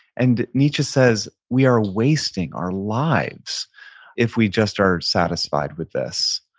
and nietzsche says we are wasting our lives if we just are satisfied with this,